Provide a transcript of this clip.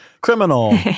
Criminal